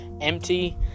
empty